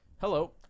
Hello